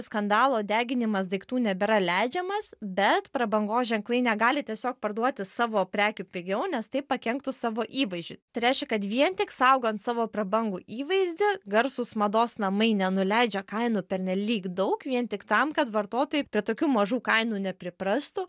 skandalo deginimas daiktų nebėra leidžiamas bet prabangos ženklai negali tiesiog parduoti savo prekių pigiau nes tai pakenktų savo įvaizdžiui tai reiškia kad vien tik saugant savo prabangų įvaizdį garsūs mados namai nenuleidžia kainų pernelyg daug vien tik tam kad vartotojai prie tokių mažų kainų nepriprastų